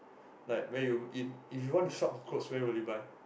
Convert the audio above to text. like when you in if you want to shop your cloth where will you buy